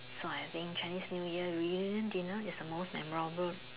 so I think Chinese new year reunion dinner is the most memorable